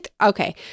okay